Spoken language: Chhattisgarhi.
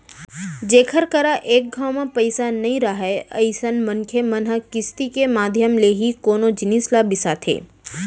जेखर करा एक घांव म पइसा नइ राहय अइसन मनखे मन ह किस्ती के माधियम ले ही कोनो जिनिस ल बिसाथे